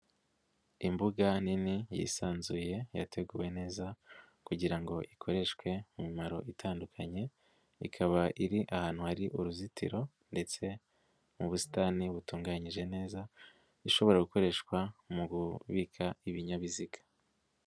Imbuga nini yisanzuye, yateguwe neza kugira ngo ikoreshwe imimaro itandukanye, ikaba iri ahantu hari uruzitiro ndetse mu busitani butunganyije neza, ishobora gukoreshwa mu kubika ibinyabiziga.